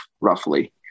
roughly